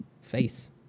face